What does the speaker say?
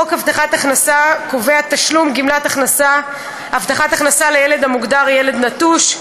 חוק הבטחת הכנסה קובע תשלום גמלת הבטחת הכנסה לילד המוגדר "ילד נטוש",